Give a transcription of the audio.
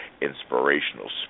inspirational